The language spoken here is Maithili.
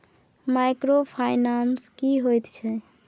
माइक्रोफाइनान्स की होय छै?